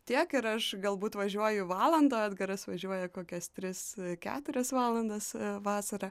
tiek ir aš galbūt važiuoju valandą edgaras važiuoja kokias tris keturias valandas vasarą